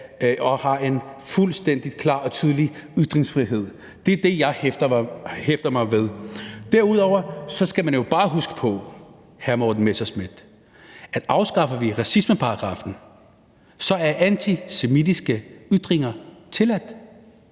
vi har en fuldstændig klar og tydelig ytringsfrihed. Det er det, jeg hæfter mig ved. Derudover skal man jo bare huske på, hr. Morten Messerschmidt, at afskaffer man racismeparagraffen, så er antisemitiske ytringer tilladt.